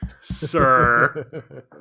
sir